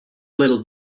little